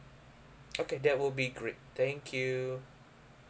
okay that will be great thank you